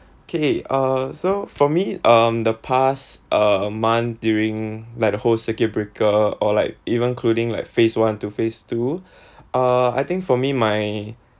K uh so for me um the past uh month during like the whole circuit breaker or like even including like phase one to phase two uh I think for me my